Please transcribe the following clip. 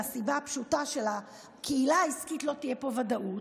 מהסיבה הפשוטה שלקהילה העסקית לא תהיה פה ודאות,